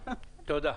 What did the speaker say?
ממשיך: